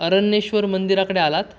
अरण्येश्वर मंदिराकडे आलात